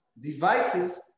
devices